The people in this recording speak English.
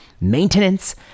maintenance